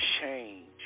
change